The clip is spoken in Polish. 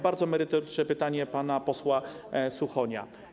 Bardzo merytoryczne było pytanie pana posła Suchonia.